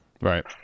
right